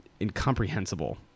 incomprehensible